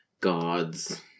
gods